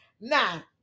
Now